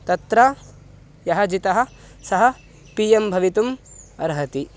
तत्र यः जितः सः पि एम् भवितुम् अर्हति